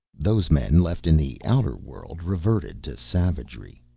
those men left in the outer world reverted to savagery.